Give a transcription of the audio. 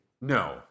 No